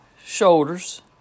shoulders